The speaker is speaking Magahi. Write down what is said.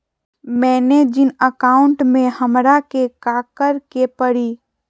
मैंने जिन अकाउंट में हमरा के काकड़ के परी?